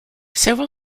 several